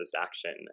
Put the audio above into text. action